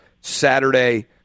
Saturday